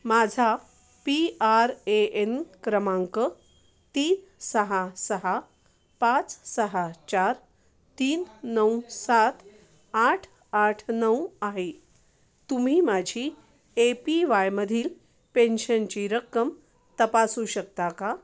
माझा P R A N क्रमांक ती सहा सहा पाच सहा चार तीन नऊ सात आठ आठ नऊ आहे तुम्ही माझी ए पी वायमधील पेन्शनची रक्कम तपासू शकता का